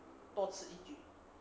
多此一举